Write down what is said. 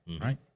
right